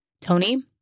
tony